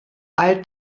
eilt